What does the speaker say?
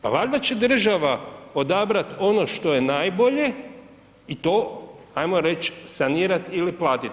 Pa valjda će država odabrati ono što je najbolje i to, ajmo reći sanirati ili platiti.